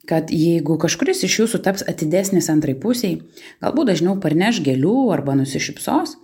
kad jeigu kažkuris iš jūsų taps atidesnis antrai pusei galbūt dažniau parneš gėlių arba nusišypsos